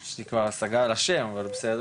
יש לי כבר הסגה על השם, אבל בסדר.